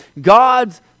God's